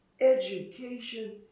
education